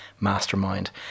mastermind